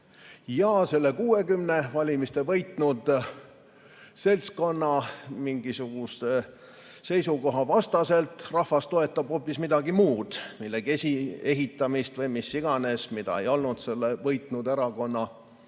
ja selle 60% saanud, valimised võitnud seltskonna mingisuguse seisukoha vastaselt rahvas toetab hoopis midagi muud, millegi ehitamist või mida iganes, mida ei olnud selle võitnud erakonna